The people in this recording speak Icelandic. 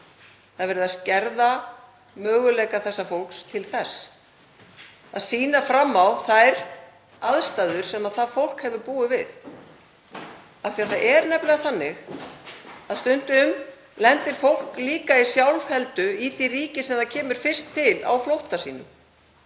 Það er verið að skerða möguleika þessa fólks til þess að sýna fram á þær aðstæður sem það hefur búið við. Það er nefnilega þannig að stundum lendir fólk líka í sjálfheldu í því ríki sem það kemur fyrst til á flótta sínum,